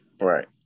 Right